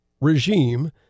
regime